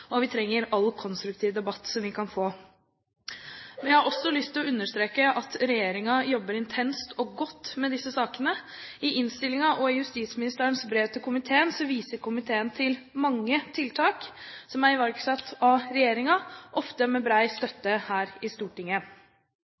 og vi trenger all den konstruktive debatten vi kan få. Jeg har også lyst til å understreke at regjeringen jobber intenst og godt med disse sakene. I komiteens innstilling og i justisministerens brev til komiteen vises det til mange tiltak som er iverksatt av regjeringen, ofte med bred støtte her i Stortinget.